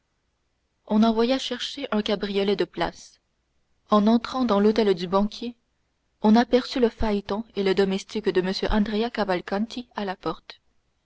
on envoya chercher un cabriolet de place en entrant dans l'hôtel du banquier on aperçut le phaéton et le domestique de m andrea cavalcanti à la porte